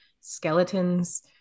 skeletons